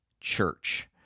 church